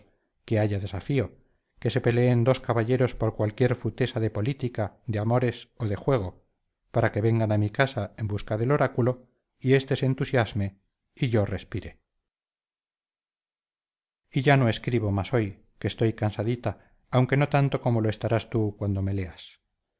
que haya desafío que se peleen dos caballeros por cualquier futesa de política de amores o de juego para que vengan a mi casa en busca del oráculo y este se entusiasme y yo respire y ya no escribo más hoy que estoy cansadita aunque no tanto como lo estarás tú cuando me leas